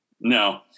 no